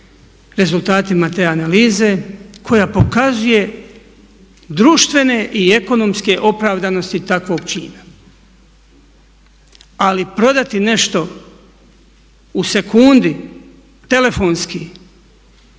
rezultatima te analize koja pokazuje društvene i ekonomske opravdanosti takvog čina. Ali prodati nešto u sekundi telefonski,